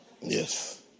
Yes